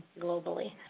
globally